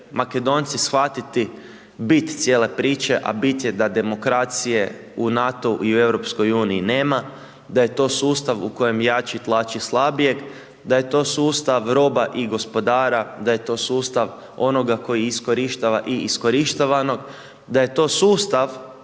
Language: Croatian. Makedonci shvatiti cijele priče, a bit je da demokracije u NATO i u EU nema, da je to sustav, u kojem jači tlači slabijeg, da je to sustav roba i gospodara, da je to sustav onoga koji iskorištava i iskorištavano, da je to sustav